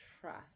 trust